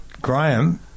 Graham